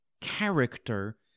character